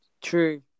True